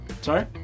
Sorry